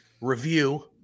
review